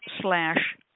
slash